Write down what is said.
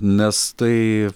nes tai